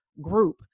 group